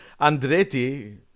Andretti